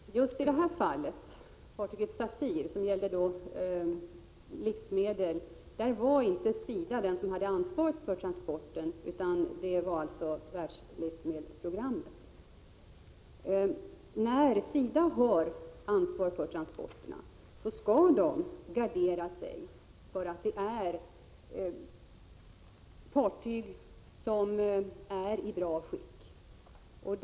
Herr talman! Just i det här fallet, där fartyget Safir skulle frakta livsmedel, hade inte SIDA ansvaret för transporten, utan alltså Världslivsmedelsprogrammet. När SIDA har ansvar för transporterna skall SIDA garantera att fartygen är i bra skick.